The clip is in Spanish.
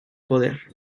poder